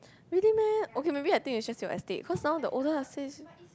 really meh okay maybe I think it's just your estate cause now the older estates